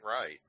right